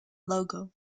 logo